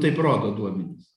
taip rodo duomenys